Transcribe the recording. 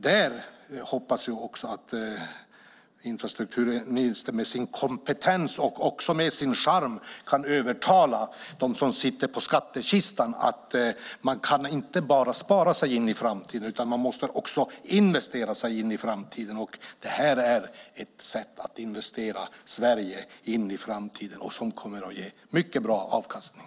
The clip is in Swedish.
Där hoppas jag också att infrastrukturministern med sin kompetens och charm kan övertala dem som sitter på skattkistan att man inte bara kan spara sig in i framtiden utan att man också måste investera sig in i framtiden. Det här är ett sätt att investera Sverige in i framtiden, och det kommer att ge mycket bra avkastning.